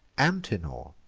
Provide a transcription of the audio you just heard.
antenor,